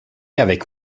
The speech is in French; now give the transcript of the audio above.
avec